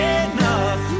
enough